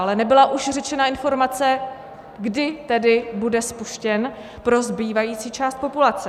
Ale nebyla už řečena informace, kdy tedy bude spuštěn pro zbývající část populace.